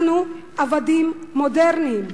אנחנו עבדים מודרניים.